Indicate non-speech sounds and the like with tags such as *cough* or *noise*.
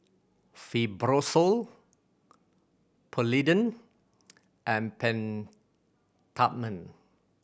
Fibrosol Polident and *unintelligible* Peptamen